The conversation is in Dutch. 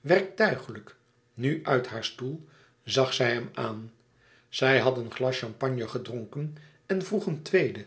werktuiglijk nu uit haar stoel zag zij hem aan zij had een glas champagne gedronken en vroeg een tweede